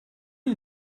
not